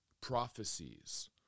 prophecies